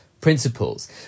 principles